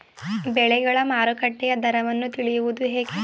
ಬೆಳೆಗಳ ಮಾರುಕಟ್ಟೆಯ ದರವನ್ನು ತಿಳಿಯುವುದು ಹೇಗೆ?